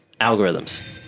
algorithms